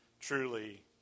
Truly